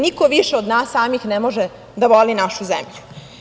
Niko više od nas samih ne može da voli našu zemlju.